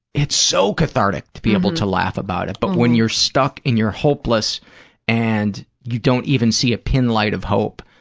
it's so cathartic to be able to laugh about it, but when you're stuck and you're hopeless and you don't even see a pin light of hope,